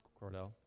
Cordell